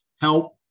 help